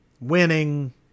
winning